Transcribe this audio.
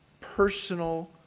personal